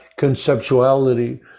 conceptuality